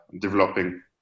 developing